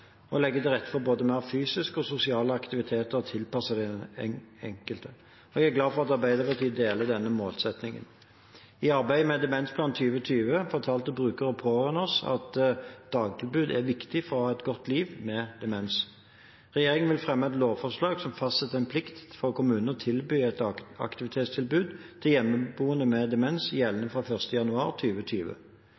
og at det legges til rette for mer både fysisk og sosial aktivitet tilpasset den enkelte. Jeg er glad for at Arbeiderpartiet deler denne målsettingen. I arbeidet med Demensplan 2020 fortalte brukere og pårørende oss at dagtilbud er viktig for å ha et godt liv med demens. Regjeringen vil fremme et lovforslag som fastsetter en plikt for kommunene til å tilby et dagaktivitetstilbud til hjemmeboende med demens,